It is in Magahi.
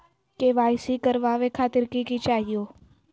के.वाई.सी करवावे खातीर कि कि चाहियो?